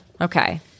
Okay